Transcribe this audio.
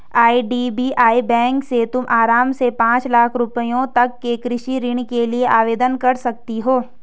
IDBI bank से तुम आराम से पाँच लाख रुपयों तक के कृषि ऋण के लिए आवेदन कर सकती हो